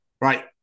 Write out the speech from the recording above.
Right